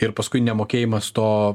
ir paskui nemokėjimas to